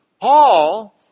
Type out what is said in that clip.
Paul